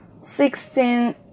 sixteen